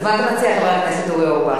אז מה אתה מציע, חבר הכנסת אורי אורבך?